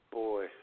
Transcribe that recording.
boy